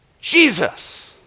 Jesus